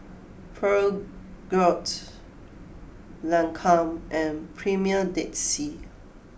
Peugeot Lancome and Premier Dead Sea